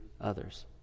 others